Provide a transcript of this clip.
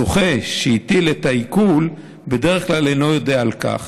הזוכה שהטיל את העיקול בדרך כלל אינו יודע על כך,